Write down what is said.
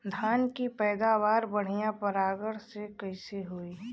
धान की पैदावार बढ़िया परागण से कईसे होई?